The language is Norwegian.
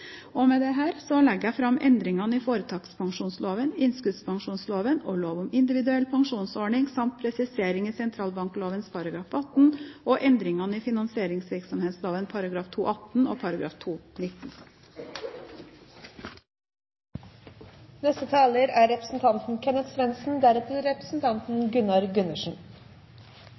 Med dette legger jeg fram endringene i foretakspensjonsloven, innskuddspensjonsloven og lov om individuell pensjonsordning samt presiseringer i sentralbankloven § 18 og endringer i finansieringsvirksomhetsloven §§ 2-18 og 2-19. Først vil jeg takke saksordføreren for et grundig og